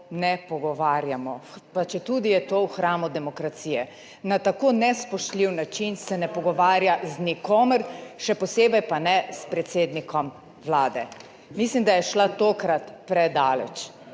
ne pogovarjamo, pa četudi je to v hramu demokracije. Na tako nespoštljiv način se ne pogovarja z nikomer, še posebej pa ne s predsednikom Vlade. Mislim, da je šla tokrat predaleč.